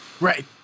Right